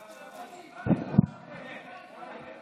ההצעה להעביר את